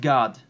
God